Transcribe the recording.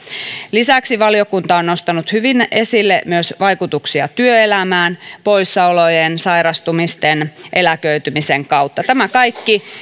lisäksi valiokunta on nostanut hyvin esille vaikutuksia työelämään poissaolojen sairastumisten eläköitymisten kautta tämä kaikki